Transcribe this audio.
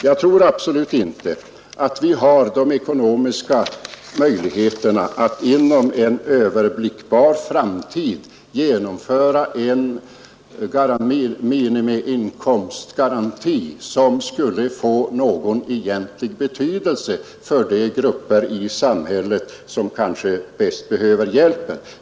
Jag tror absolut inte att vi har de ekonomiska möjligheterna att inom en överblickbar framtid genomföra en minimiinkomstgaranti som skulle få någon egentlig betydelse för de grupper i samhället som kanske främst behöver hjälpen.